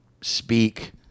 speak